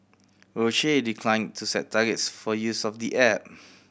Roche declined to set targets for use of the app